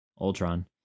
Ultron